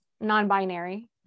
non-binary